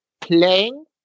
playing